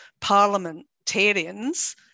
parliamentarians